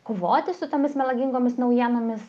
kovoti su tomis melagingomis naujienomis